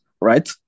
right